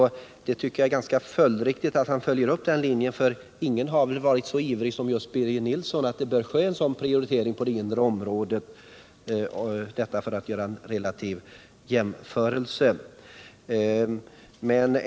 Jag tycker det är följdriktigt att han går på den linjen, för ingen har väl varit så ivrig som Birger Nilsson när det gällt att prioritera det inre stödområdet.